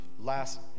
Last